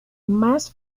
más